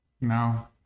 No